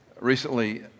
Recently